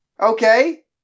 Okay